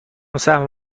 سهم